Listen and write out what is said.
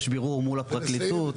יש בירור מול הפרקליטות.